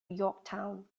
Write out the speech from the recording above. yorktown